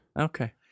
Okay